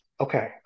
Okay